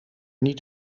niet